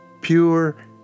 pure